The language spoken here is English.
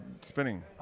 spinning